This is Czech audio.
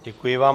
Děkuji vám.